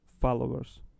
followers